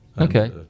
okay